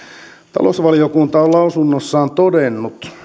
talousvaliokunta on lausunnossaan todennut